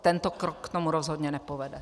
Tento krok k tomu rozhodně nepovede.